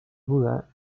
duda